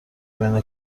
بین